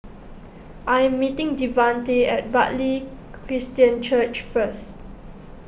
I am meeting Devante at Bartley Christian Church first